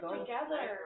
together